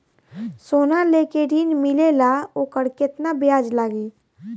सोना लेके ऋण मिलेला वोकर केतना ब्याज लागी?